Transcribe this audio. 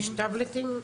המינהלי.